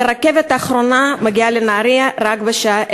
אבל הרכבת האחרונה מגיעה לנהרייה בשעה